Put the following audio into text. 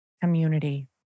community